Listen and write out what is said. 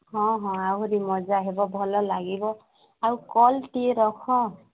ହଁ ହଁ ଆହୁରି ମଜା ହେବ ଭଲ ଲାଗିବ ଆଉ କଲ୍ଟିଏ ରଖ